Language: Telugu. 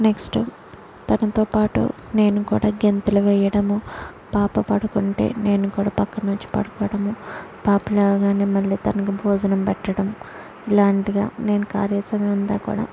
నెక్స్ట్ తనతో పాటు నేను కూడా గెంతులు వేయడము పాప పడుకుంటే నేను కూడా పక్కన వచ్చి పడుకోడము పాప లేవగానే మళ్ళీ తనకి భోజనం పెట్టడం ఇలాంటిగా నేను ఖాళీ సమయమంతా కూడా